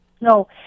No